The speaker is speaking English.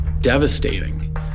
devastating